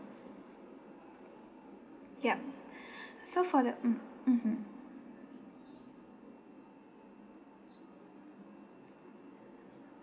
yup so for the mm mmhmm